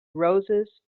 roses